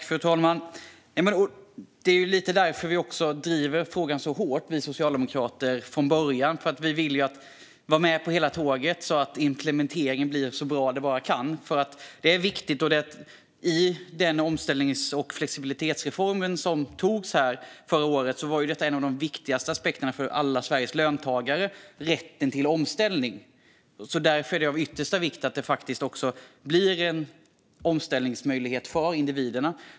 Fru talman! Det är lite därför vi socialdemokrater också drivit frågan så hårt från början - vi vill vara med på hela tåget, så att implementeringen blir så bra den bara kan. I den omställnings och flexibilitetsreform som antogs här förra året var detta en av de viktigaste aspekterna för alla Sveriges löntagare: rätten till omställning. Därför är det av yttersta vikt att det faktiskt också blir en omställningsmöjlighet för individerna.